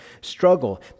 struggle